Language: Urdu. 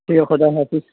ٹھیک ہے خدا حافظ